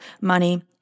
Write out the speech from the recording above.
money